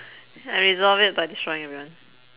I resolve it by destroying everyone